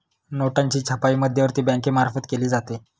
नोटांची छपाई मध्यवर्ती बँकेमार्फत केली जाते